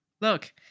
Look